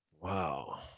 Wow